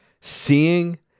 seeing